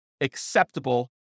acceptable